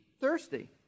thirsty